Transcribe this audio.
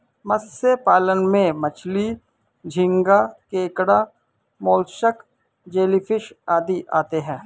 मत्स्य पालन में मछली, झींगा, केकड़ा, मोलस्क, जेलीफिश आदि आते हैं